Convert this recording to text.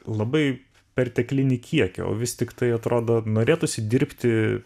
labai perteklinį kiekį o vis tiktai atrodo norėtųsi dirbti